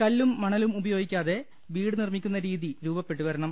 കല്ലും മണലും ഉപയോഗിക്കാതെ വീട് നിർമ്മിക്കുന്ന രീതി രൂപപ്പെട്ടു വരണം